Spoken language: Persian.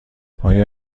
آیا